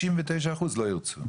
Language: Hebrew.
99% לא ירצו.